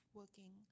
working